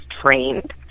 trained